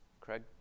Craig